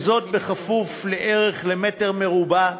וזאת בכפוף לערך למטר רבוע,